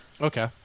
Okay